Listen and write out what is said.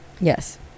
Yes